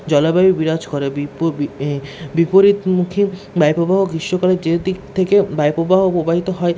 জলবায়ু বিরাজ করে বিপ বি বিপরীতমুখী বায়ুপ্রবাহ গ্রীষ্মকালে যেদিক থেকে বায়ুপ্রবাহ প্রবাহিত হয়